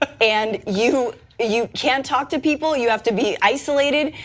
ah and you you can't talk to people, you have to be isolated,